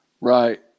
Right